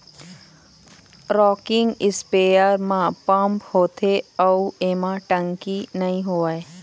rocking sprayer म pump होथे अउ एमा टंकी नइ होवय